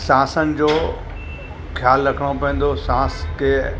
सांसनि जो ख़्यालु रखिणो पवंदो सांस खे